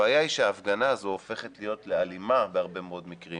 הבעיה היא כשההפגנה הזאת הופכת להיות לאלימה בהרבה מאוד מקרים